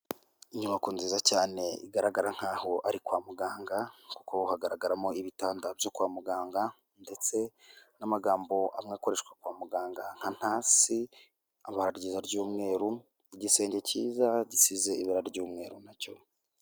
Inyubako nziza cyane igaragara nk'aho ari kwa muganga kuko hagaragaramo ibitanga byo kwa muganga ndetse n'amagambo amwe akoreshwa kwa muganga nka masi, ibara riza ry'umweru, igisenge cyiza gisize ibara ry'umweru nacyo.